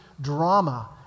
drama